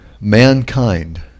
mankind